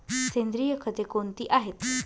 सेंद्रिय खते कोणती आहेत?